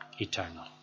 eternal